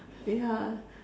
ya